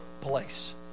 place